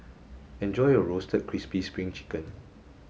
enjoy your roasted crispy spring chicken